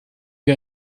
wir